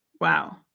wow